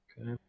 Okay